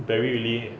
barry really